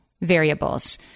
variables